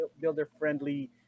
builder-friendly